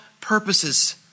purposes